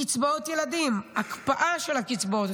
קצבאות ילדים, הקפאה של הקצבאות.